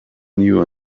new